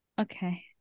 Okay